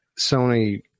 Sony